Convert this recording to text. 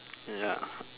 ya